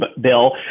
Bill